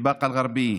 מבאקה אל-גרבייה,